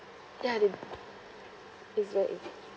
ya they it's very